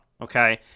okay